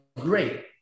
great